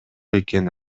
экени